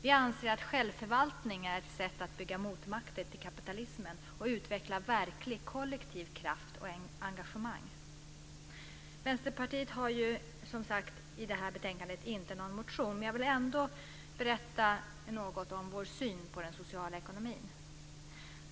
Vi anser att självförvaltning är ett sätt att bygga motmakter till kapitalismen och att utveckla verklig kollektiv kraft och engagemang. Vänsterpartiet har, som sagt, inte någon motion som behandlas i detta betänkande, men jag vill ändå säga något om vår syn på den sociala ekonomin.